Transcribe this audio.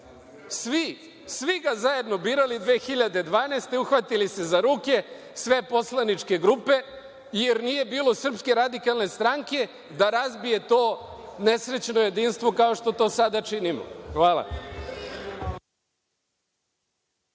Svi ga zajedno birali 2012. godine, uhvatili se za ruke, sve poslaničke grupe, jer nije bilo SRS da razbije to nesrećno jedinstvo, kao što to sada činimo. Hvala.